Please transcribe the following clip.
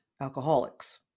alcoholics